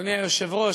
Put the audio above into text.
אדוני היושב-ראש,